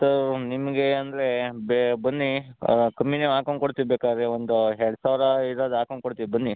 so ನಿಮಗೆ ಅಂದರೆ ಬೆ ಬನ್ನಿ ಕಮ್ಮಿಯೇ ಹಾಕ್ಕೊಂಡ್ ಕೊಡ್ತೀವಿ ಬೇಕಾದ್ರೆ ಒಂದು ಎರಡು ಸಾವಿರ ಇರೋದ್ ಹಾಕ್ಕೊಂಡ್ ಕೊಡ್ತೀವಿ ಬನ್ನಿ